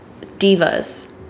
divas